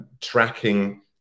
tracking